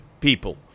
people